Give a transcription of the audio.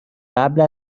قبل